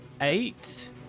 Eight